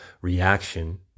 reaction